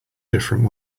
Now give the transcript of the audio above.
different